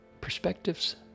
perspectives